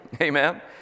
Amen